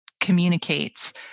communicates